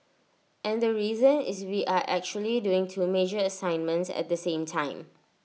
and the reason is we are actually doing two major assignments at the same time